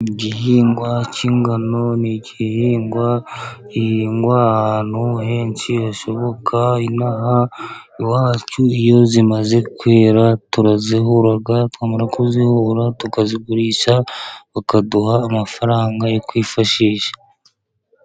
Igihingwa cy'ingano ni igihingwa gihingwa ahantu henshi hashoboka. Ino aha iwacu, iyo zimaze kwera turazihura, twamara kuzihura tukazigurisha bakaduha amafaranga yo kwifashisha.